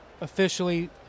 officially